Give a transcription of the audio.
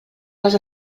les